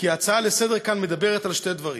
כי ההצעה לסדר-היום כאן מדברת על שני דברים: